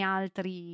altri